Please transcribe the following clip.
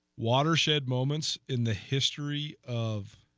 watershed moments in the history of